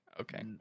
Okay